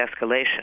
escalation